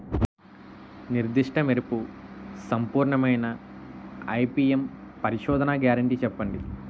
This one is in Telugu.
నిర్దిష్ట మెరుపు సంపూర్ణమైన ఐ.పీ.ఎం పరిశోధన గ్యారంటీ చెప్పండి?